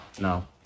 no